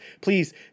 please